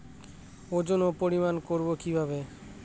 ওজন ও পরিমাপ করব কি করে?